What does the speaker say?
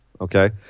okay